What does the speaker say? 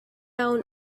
down